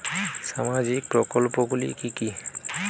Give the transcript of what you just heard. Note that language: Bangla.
সামাজিক প্রকল্প গুলি কি কি?